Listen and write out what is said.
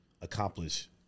accomplish